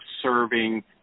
serving